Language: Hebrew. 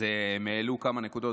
אז הם העלו כמה נקודות.